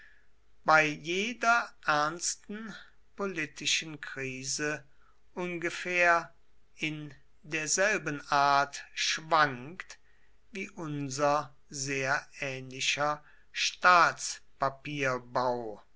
bei jeder ernsten politischen krise ungefähr in derselben art schwankt wie unser sehr ähnlicher staatspapierbau